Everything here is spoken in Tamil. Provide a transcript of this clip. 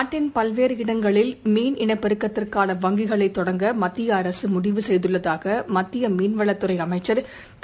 நாட்டின் பல்வேறு இடங்களில் மீன் இனப் பெருக்கத்திந்கான வங்கிகளைத் தொடங்க மத்திய அரசு முடிவு செய்துள்ளதாக மத்திய மீன் வளத்துறை அமைச்சர் திரு